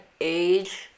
age